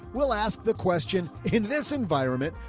we'll ask the question in this environment,